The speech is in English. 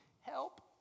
help